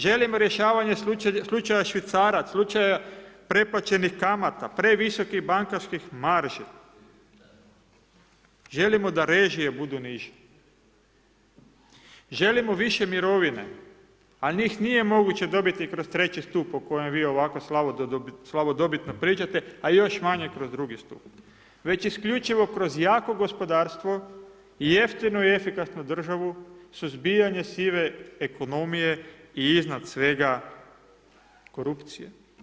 Želimo rješavanje slučajeva švicarac, slučajeva preplaćenih kamata, previsokih bankarskih marži, želimo da režije budu niže, želimo više mirovine, a njih nije moguće dobiti kroz treći stup o kojem vi ovako slavodobitno pričate, a još manje kroz drugi stup, već isključivo kroz jako gospodarstvo i jeftinu i efikasnu državu, suzbijanje sive ekonomije i iznad svega korupcije.